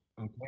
Okay